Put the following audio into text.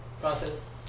process